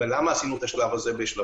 למה עשינו את זה בשלבים?